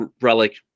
relic